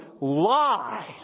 lie